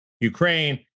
Ukraine